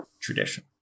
tradition